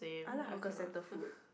I like hawker centre food